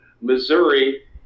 Missouri